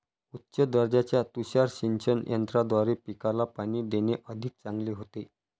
उच्च दर्जाच्या तुषार सिंचन यंत्राद्वारे पिकाला पाणी देणे अधिक चांगले होते